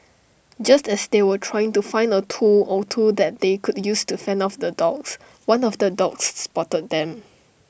just as they were trying to find A tool or two that they could use to fend off the dogs one of the dogs spotted them